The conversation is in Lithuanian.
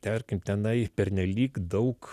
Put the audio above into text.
tarkim tenai pernelyg daug